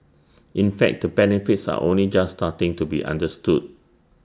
in fact the benefits are only just starting to be understood